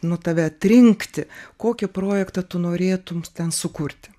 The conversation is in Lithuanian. nu tave atrinkti kokį projektą tu norėtum ten sukurti